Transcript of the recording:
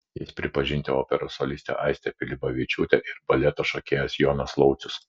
jais pripažinti operos solistė aistė pilibavičiūtė ir baleto šokėjas jonas laucius